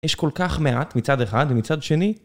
יש כל כך מעט מצד אחד ומצד שני.